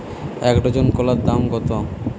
এক ডজন কলার দাম কত?